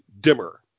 dimmer